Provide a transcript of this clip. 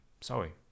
sorry